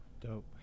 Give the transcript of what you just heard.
dope